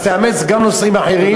אז תאמץ גם נושאים אחרים,